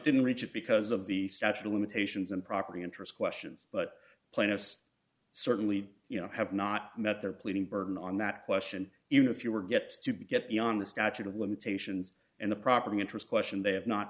didn't reach it because of the statute of limitations and property interest questions but plaintiffs certainly you know have not met their pleading burden on that question even if you were get to get beyond the scotch of limitations and the property interest question they have not